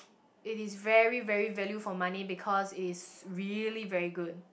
it is very very value for money because it is really very good